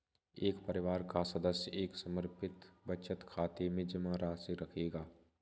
एक परिवार का सदस्य एक समर्पित बचत खाते में जमा राशि रखेगा